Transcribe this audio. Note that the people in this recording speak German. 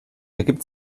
ergibt